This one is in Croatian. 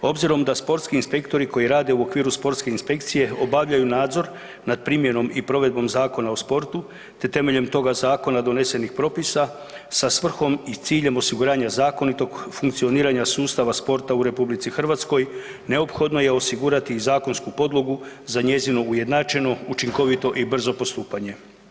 Obzirom da sportski inspektori koji rade u okviru sportske inspekcije obavljaju nadzor nad primjenom i provedbom Zakona o sportu, te temeljem toga zakona donesenih propisa sa svrhom i ciljem osiguranja zakonitog funkcioniranja sustava sporta u Republici Hrvatskoj, neophodno je osigurati i zakonsku podlogu za njezinu ujednačenu, učinkovitu i brzo postupanje.